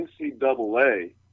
NCAA